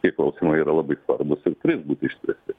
tie klausimai yra labai svarbūs ir turės būti išspręsti